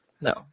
No